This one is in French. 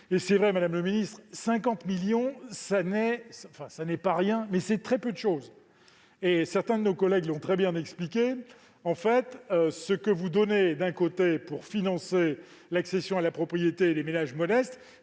C'est vrai, madame le ministre, 50 millions d'euros, ce n'est pas rien, mais c'est aussi très peu de choses ! Certains de nos collègues l'ont très bien expliqué : ce que vous donnez d'un côté pour financer l'accession à la propriété des ménages modestes,